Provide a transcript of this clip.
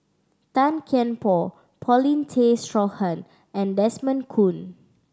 Tan Kian Por Paulin Tay Straughan and Desmond Kon